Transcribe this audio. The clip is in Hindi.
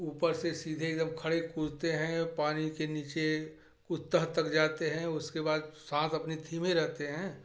ऊपर से सीधे एकदम खड़े कूदते हैं पानी के नीचे ऊपर तक जाते हैं उसके बाद साँस अपनी धीमें रखते हैं